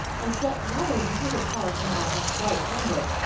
and set rather wide apart and at a slight angle,